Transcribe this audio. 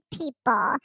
people